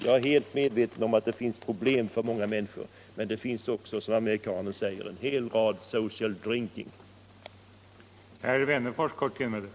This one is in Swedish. Jag är helt medveten om att många människor har problem, men det finns också, som amerikanerna säger, en hel rad exempel på social drinking.